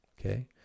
Okay